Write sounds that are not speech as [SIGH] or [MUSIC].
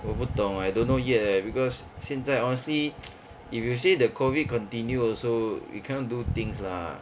我不懂 I don't know yet eh because 现在 honestly [NOISE] if you say the COVID continue also you cannot do things lah